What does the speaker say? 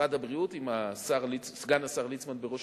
משרד הבריאות עם סגן השר ליצמן בראשו,